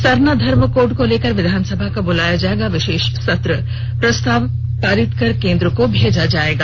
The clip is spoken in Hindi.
सरना धर्म कोड को लेकर विधानसभा का बुलाया जाएगा विशेष सत्र प्रस्ताव पारित कर केंद्र को भेजा जाएगा